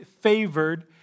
favored